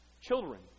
children